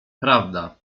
prawda